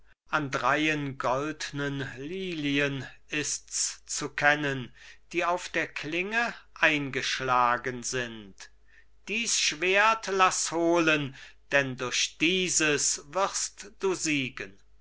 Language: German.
an dreien goldnen lilien ists zu kennen die auf der klinge eingeschlagen sind dies schwert laß holen denn durch dieses wirst du siegen